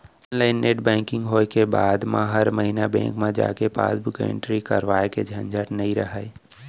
online net banking होय के बाद म हर महिना बेंक म जाके पासबुक एंटरी करवाए के झंझट नइ रहय